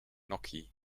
nokia